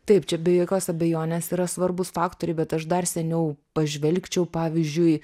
taip čia be jokios abejonės yra svarbūs faktoriai bet aš dar seniau pažvelgčiau pavyzdžiui